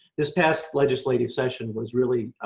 this past legislative session was really